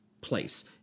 place